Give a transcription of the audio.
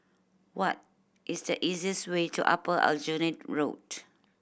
what is the easiest way to Upper Aljunied Road